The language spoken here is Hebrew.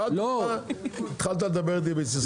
שאלתי אותך, התחלת לדבר בסיסמאות.